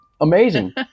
amazing